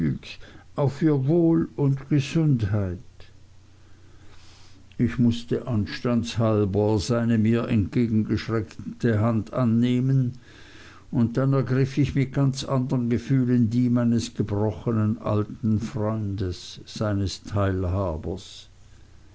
auf ihr wohl und gesundheit ich mußte anstandshalber seine mir entgegengestreckte hand annehmen und dann ergriff ich mit ganz andern gefühlen die meines gebrochnen alten freundes seines teilhabers